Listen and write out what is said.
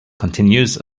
continues